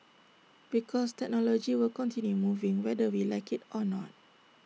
because technology will continue moving whether we like IT or not